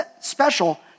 special